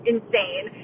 Insane